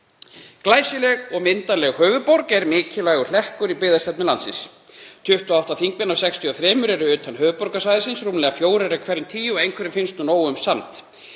Glæsileg og myndarleg höfuðborg er mikilvægur hlekkur í byggðastefnu landsins. 28 þingmenn af 63 eru utan höfuðborgarsvæðisins, rúmlega fjórir af hverjum tíu, og einhverjum finnst nóg um samt.